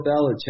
Belichick